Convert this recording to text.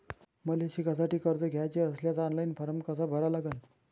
मले शिकासाठी कर्ज घ्याचे असल्यास ऑनलाईन फारम कसा भरा लागन?